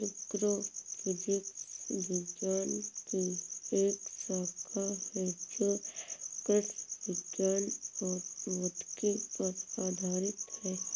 agrophysics विज्ञान की एक शाखा है जो कृषि विज्ञान और भौतिकी पर आधारित है